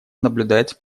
наблюдается